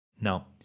Now